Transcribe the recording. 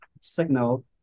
signal